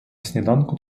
сніданку